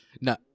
No